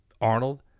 Arnold